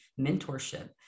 mentorship